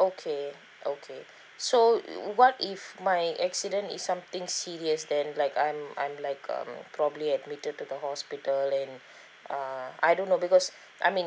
okay okay so what if my accident is something serious then like I'm I'm like um probably admitted to the hospital and uh I don't know because I mean